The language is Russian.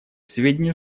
сведению